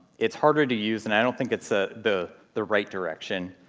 it's harder to use and i don't think it's ah the the right direction.